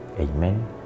Amen